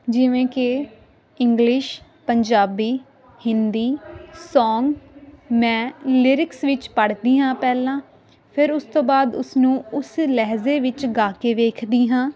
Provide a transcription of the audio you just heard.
ਜਿਵੇਂ ਕਿ English Punjabi Hindi song ਮੈਂ ਲਿਰਿਕਸ ਵਿੱਚ ਪੜ੍ਹਦੀ ਹਾਂ ਪਹਿਲਾਂ ਫਿਰ ਉਸ ਤੋਂ ਬਾਅਦ ਉਸਨੂੰ ਉਸ ਲਹਿਜ਼ੇ ਵਿੱਚ ਗਾ ਕੇ ਵੇਖਦੀ ਹਾਂ